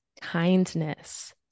kindness